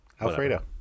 Alfredo